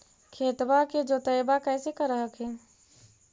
खेतबा के जोतय्बा कैसे कर हखिन?